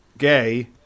Gay